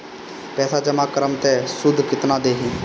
पैसा जमा करम त शुध कितना देही?